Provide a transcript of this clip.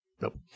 Nope